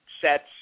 sets